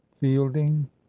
Fielding